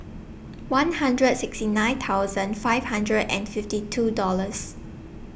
one hundred sixty nine thousand five hundred and fifty two Dollars